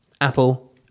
Apple